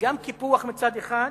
גם קיפוח מצד אחד,